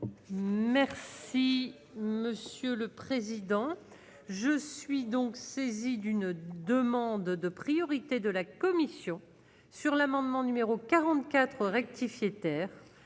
Merci. Si Monsieur le Président, je suis donc saisie d'une demande de priorité de la commission sur l'amendement numéro 44. Pour rectifier terre